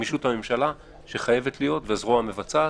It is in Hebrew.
הנגישות של הממשלה והזרוע המבצעת,